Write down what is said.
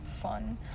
Fun